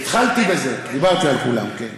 התחלתי בזה, דיברתי על כולם, כן,